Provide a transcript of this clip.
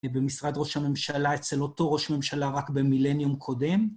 במשרד ראש הממשלה, אצל אותו ראש ממשלה רק במילניום קודם.